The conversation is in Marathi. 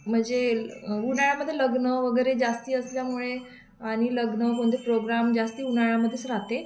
म्हणजे उन्हाळ्यामध्ये लग्न वगैरे जास्ती असल्यामुळे आणि लग्न कोणते प्रोग्राम जास्ती उन्हाळ्यामध्येच राहाते